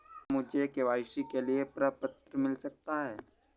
क्या मुझे के.वाई.सी के लिए प्रपत्र मिल सकता है?